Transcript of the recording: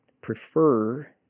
prefer